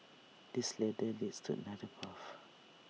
this ladder leads to another path